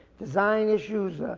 design issues.